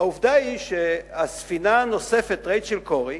העובדה היא שהספינה הנוספת, "רייצ'ל קורי"